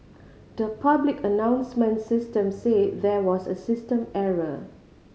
the public announcement system said there was a system error